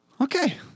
okay